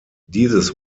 dieses